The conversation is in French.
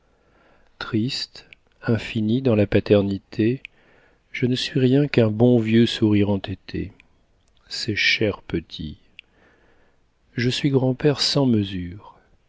triste infini dans la paternité je ne suis rien qu'un bon vieux sourire entêté ces chers petits je suis grand-père sans mesure